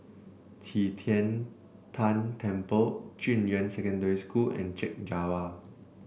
Qi Tian Tan Temple Junyuan Secondary School and Chek Jawa